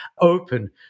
open